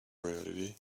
reality